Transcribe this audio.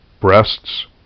Breasts